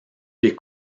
les